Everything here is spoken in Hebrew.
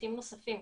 היבטים נוספים,